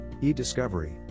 e-discovery